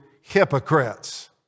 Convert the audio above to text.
hypocrites